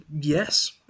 Yes